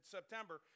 September